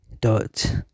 dot